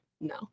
No